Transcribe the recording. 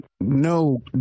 no